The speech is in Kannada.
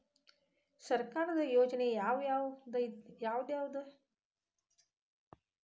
ಸರ್ಕಾರದ ಯೋಜನೆ ಯಾವ್ ಯಾವ್ದ್?